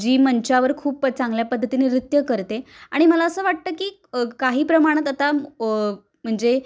जी मंचावर खूप चांगल्या पद्धतीने नृत्य करते आणि मला असं वाटतं की काही प्रमाणात आता म्हणजे